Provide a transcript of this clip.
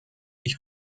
ich